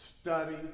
study